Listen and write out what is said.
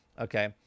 okay